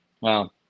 Wow